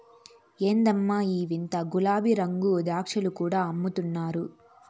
ఎందమ్మో ఈ వింత గులాబీరంగు ద్రాక్షలు కూడా అమ్ముతున్నారు